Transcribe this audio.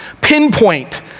pinpoint